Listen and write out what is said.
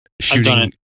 shooting